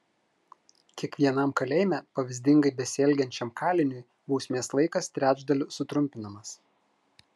kiekvienam kalėjime pavyzdingai besielgiančiam kaliniui bausmės laikas trečdaliu sutrumpinamas